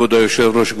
כבוד היושב-ראש,